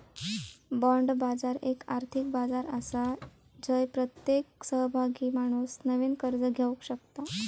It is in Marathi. बाँड बाजार एक आर्थिक बाजार आसा जय प्रत्येक सहभागी माणूस नवीन कर्ज घेवक शकता